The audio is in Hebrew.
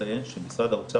ורצינו לשקף את זה לחברי הכנסת.